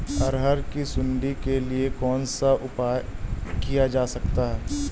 अरहर की सुंडी के लिए कौन सा उपाय किया जा सकता है?